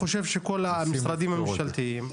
מנסים לפתור את זה.